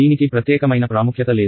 దీనికి ప్రత్యేకమైన ప్రాముఖ్యత లేదు